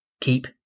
keep